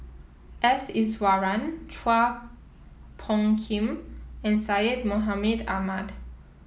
S Iswaran Chua Phung Kim and Syed Mohamed Ahmed